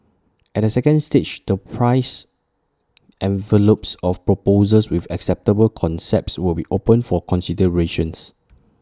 at the second stage the price envelopes of proposals with acceptable concepts will be opened for considerations